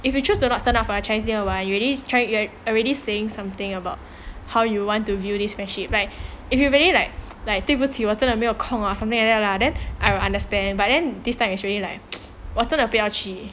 if you choose to not turn up for chinese new year you already trying already saying something about how you want to view this friendship right if you really like like 对不起我真的没有空啊 something like that lah then I understand but then this time is really like 我真的不要去